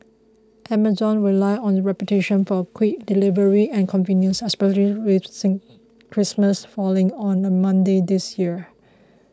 amazon will rely on its reputation for quick delivery and convenience especially with Christmas falling on a Monday this year